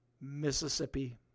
Mississippi